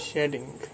Shedding